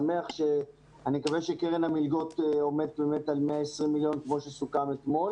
אני מקווה שקרן המלגות עומדת באמת על 120 מיליון כמו שסוכם אתמול